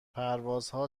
پروازها